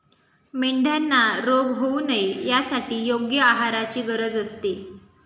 मेंढ्यांना रोग होऊ नये यासाठी योग्य आहाराची गरज असते